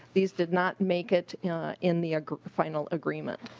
these did not make it in the final agreements.